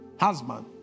husband